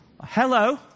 Hello